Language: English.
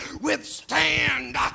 withstand